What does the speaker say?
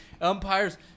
Umpires